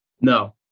No